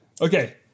Okay